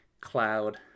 Cloud